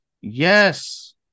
Yes